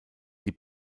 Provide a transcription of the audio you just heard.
die